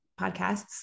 podcasts